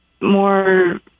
more